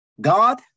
God